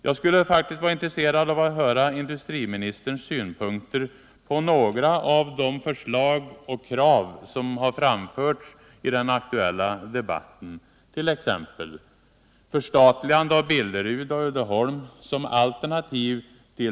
Det skulle vara intressant att höra industriminister Åslings synpunkter på några av de förslag och krav som framförts i den aktuella debatten, t.ex.: 2.